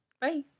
Bye